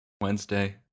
Wednesday